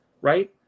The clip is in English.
right